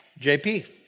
JP